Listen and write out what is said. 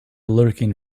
lurking